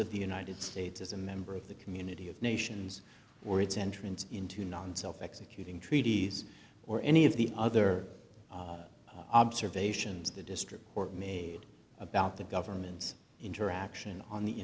of the united states as a member of the community of nations where it's entrance into non self executing treaties or any of the other observations the district court made about the government's interaction on the